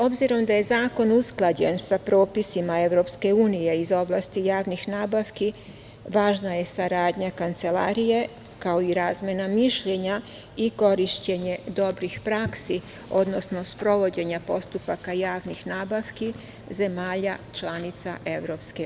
Obzirom da je zakon usklađen sa propisima EU iz oblasti javnih nabavki, važna je saradnja Kancelarije, kao i razmena mišljenja i korišćenje dobrih praksi, odnosno sprovođenja postupaka javnih nabavki zemalja članica EU.